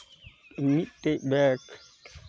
ᱢᱤᱫᱴᱮᱱ ᱵᱮᱜᱽ